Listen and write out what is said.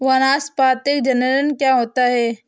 वानस्पतिक जनन क्या होता है?